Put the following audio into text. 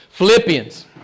Philippians